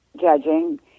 judging